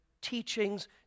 teachings